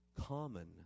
common